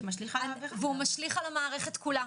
השינוי הזה משליך על המערכת כולה.